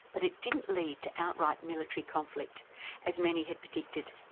but it didn't lead to outright military conflict as many had predicted.